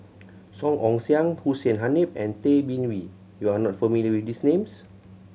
Song Ong Siang Hussein Haniff and Tay Bin Wee you are not familiar with these names